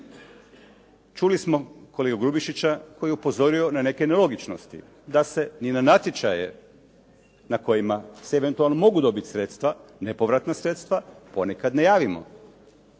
Čuli smo kolegu Grubišića koji je upozorio na neke nelogičnosti, da se na natječaje na kojima se eventualno mogu dobiti sredstava, nepovratna sredstva ponekad ne javimo.